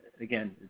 again